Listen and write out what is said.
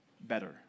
better